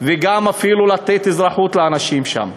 וגם, אפילו, לתת אזרחות לאנשים שם.